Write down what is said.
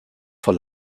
vor